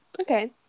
Okay